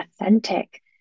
authentic